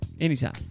anytime